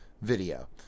video